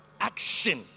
action